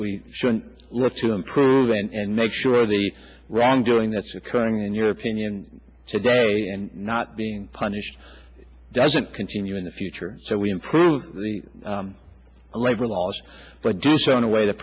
we shouldn't work to improve and make sure the wrongdoing that's occurring in your opinion today and not being punished doesn't continue in the future so we improve the labor laws but do so in a way that